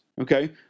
Okay